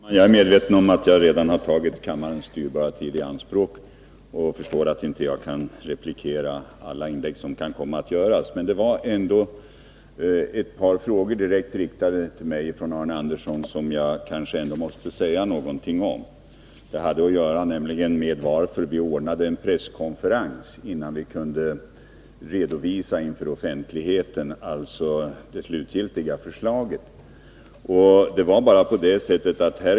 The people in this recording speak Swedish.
Fru talman! Jag är medveten om att jag redan tagit kammarens dyrbara tid i anspråk och förstår att jag inte kan replikera alla de inlägg som kan komma att göras. Det var ändå ett par frågor direkt riktade till mig från Arne Andersson i Ljung som jag måste kommentera. Arne Andersson frågade varför vi ordnade en presskonferens innan vi inför offentligheten redovisade det slutgiltiga förslaget.